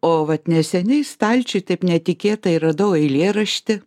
o vat neseniai stalčiuj taip netikėtai radau eilėraštį